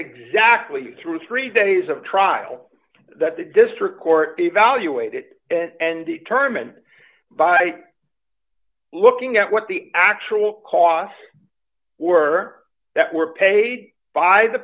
exactly through three dollars days of trial that the district court evaluated and determined by looking at what the actual costs were that were paid by the